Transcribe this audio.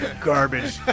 garbage